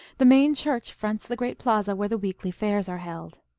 the main church fronts the great plaza where the weekly fairs are held.